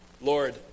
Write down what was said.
Lord